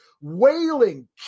wailing